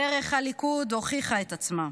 דרך הליכוד הוכיחה את עצמה.